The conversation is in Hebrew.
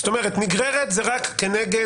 זאת אומרת נגררת זה רק נגד